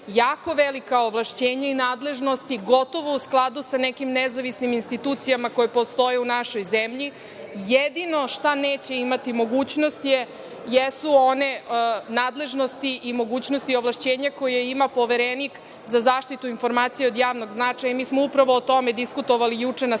jako velika ovlašćenja i nadležnosti, gotovo u skladu sa nekim nezavisnim institucijama koje postoje u našoj zemlji. Jedino šta neće imati mogućnost jesu one nadležnosti i mogućnosti i ovlašćenja koja ima Poverenik za zaštitu informacija od javnog značaja. Mi smo upravo o tome diskutovali juče na sastanku